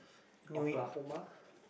Oklahoma